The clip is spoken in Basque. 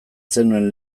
zenuen